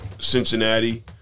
Cincinnati